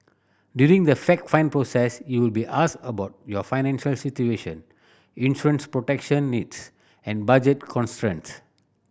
during the fact find process you will be asked about your financial situation insurance protection needs and budget constraints